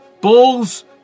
Balls